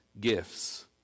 gifts